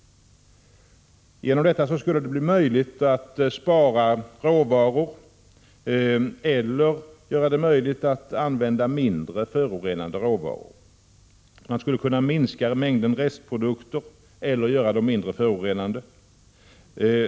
Genom detta skulle det bli möjligt att spara råvaror eller att använda mindre förorenande råvaror. Man skulle kunna minska mängden restprodukter eller göra dem mindre förorenande.